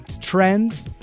trends